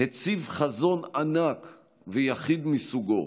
הציב חזון ענק ויחיד מסוגו,